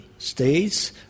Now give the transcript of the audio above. States